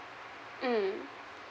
mm